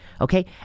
Okay